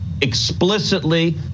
explicitly